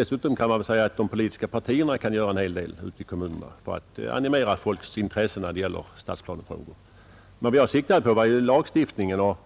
Dessutom gör de politiska partierna åtskilligt i kommunerna för att animera folks intresse för stadsplanefrågor. Men vad jag inriktade mig på var lagstiftningen, och